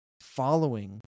following